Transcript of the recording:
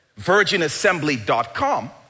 virginassembly.com